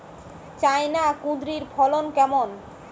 China কুঁদরীর ফলন কেমন?